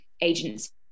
agents